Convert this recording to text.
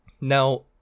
Now